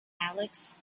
alex